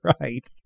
Right